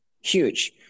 huge